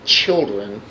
children